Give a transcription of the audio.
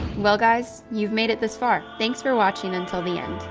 well guys, you've made it this far. thanks for watching until the end.